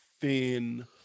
thin